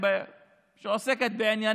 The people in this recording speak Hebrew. ימליץ כנראה לשר לשירותי דת לשקול את הדחתו